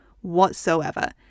whatsoever